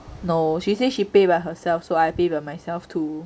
no she say she pay by herself so I pay by myself too